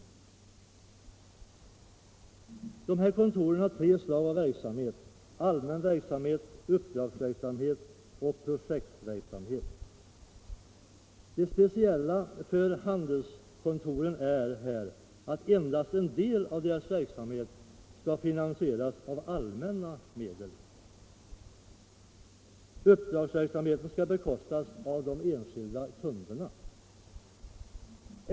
Handelssekreterarkontoren har tre slag av verksamhetsområden, nämligen allmän verksamhet, uppdragsverksamhet och projektverksamhet. Det speciella för dessa kontor är här att endast en del av deras verksamhet skall finansieras med allmänna medel. Uppdragsverksamheten skall bekostas av de enskilda kunderna.